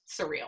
surreal